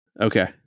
okay